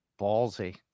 ballsy